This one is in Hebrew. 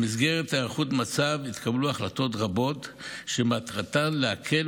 במסגרת הערכות מצב התקבלו החלטות רבות שמטרתן להקל,